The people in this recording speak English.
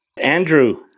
Andrew